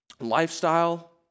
lifestyle